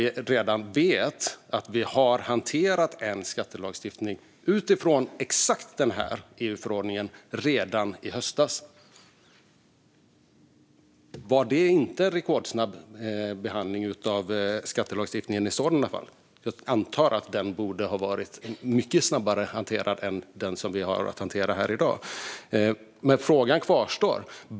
Vi vet att vi har hanterat en skattelagstiftning utifrån exakt den här EU-förordningen redan i höstas. Var det inte en rekordsnabb behandling av skattelagstiftning i sådana fall? Jag antar att den borde ha varit mycket snabbare hanterad än den som vi har att hantera här i dag. Frågan kvarstår.